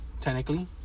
technically